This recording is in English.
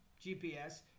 GPS